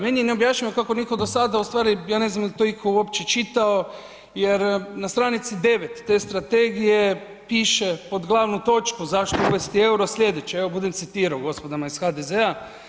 Meni je neobjašnjivo kako nitko do sada, ja ne znam jel to itko uopće čitao jer na stranici 9 te strategije piše pod glavnu točku zašto uvesti EUR-o slijedeće, evo budem citirao gospodama iz HDZ-a.